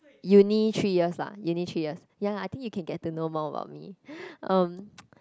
uni three years lah uni three years ya I think you can get to know more about me um